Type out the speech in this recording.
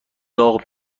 داغ